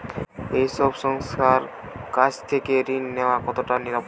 এই সব সংস্থার কাছ থেকে ঋণ নেওয়া কতটা নিরাপদ?